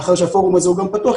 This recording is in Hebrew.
מאחר שהפורום הזה הוא גם פתוח,